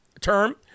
term